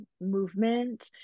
movement